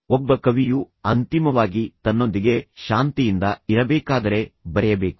ಒಬ್ಬ ಕವಿಯು ಅಂತಿಮವಾಗಿ ತನ್ನೊಂದಿಗೆ ಶಾಂತಿಯಿಂದ ಇರಬೇಕಾದರೆ ಬರೆಯಬೇಕು